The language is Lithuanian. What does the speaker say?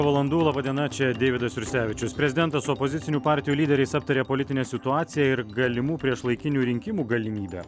valandų laba diena čia deividas jursevičius prezidentas su opozicinių partijų lyderiais aptarė politinę situaciją ir galimų priešlaikinių rinkimų galimybę